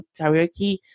karaoke